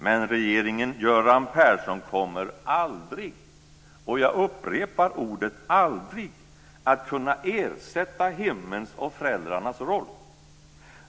Men regeringen Göran Persson kommer aldrig - och jag upprepar ordet aldrig - att kunna ersätta hemmens och föräldrarnas roll.